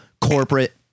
corporate